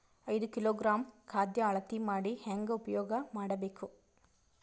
ಐದು ಕಿಲೋಗ್ರಾಂ ಖಾದ್ಯ ಅಳತಿ ಮಾಡಿ ಹೇಂಗ ಉಪಯೋಗ ಮಾಡಬೇಕು?